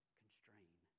constrain